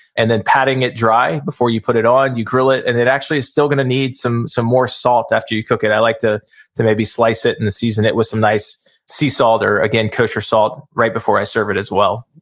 and then patting it dry before you put it on, you grill it and it actually is still gonna need some some more salt after you cook it, i like to to maybe slice it and then season it with some nice sea salt or again kosher salt right before i serve it as well